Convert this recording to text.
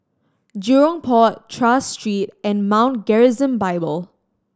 Jurong Port Tras Street and Mount Gerizim Bible